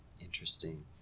Interesting